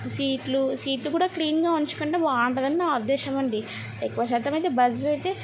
సీట్లు సీట్లు కూడా క్లీన్గా ఉంచుకుంటే బాగుంటుందని నా ఉద్దేశ్యమండి ఎక్కువ శాతం అయితే బస్ అయితే